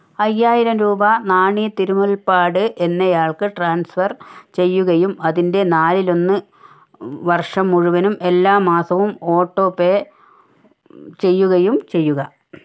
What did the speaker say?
അയ്യായിരം രൂപ നാണി തിരുമുൽപ്പാട് എന്നയാൾക്ക് ട്രാൻസ്ഫർ ചെയ്യുകയും അതിൻ്റെ നാലിലൊന്ന് വർഷം മുഴുവനും എല്ലാ മാസവും ഓട്ടോ പേ ചെയ്യുകയും ചെയ്യുക